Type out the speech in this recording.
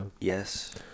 Yes